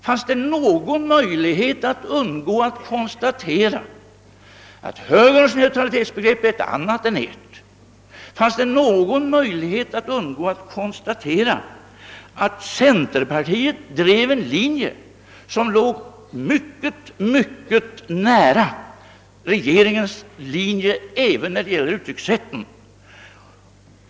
Fanns det någon möjlighet att undgå att konstatera att högerns neutralitetsbegrepp är ett annat än ert liksom att centerpartiet driver en linje som ligger myc ket nära regeringens, även när det gäller uttryckssätten?